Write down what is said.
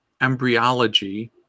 Embryology